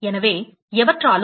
எனவே எவற்றாலும்